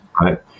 right